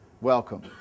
welcome